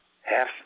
half